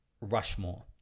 rushmore